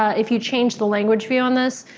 if you change the language view on this,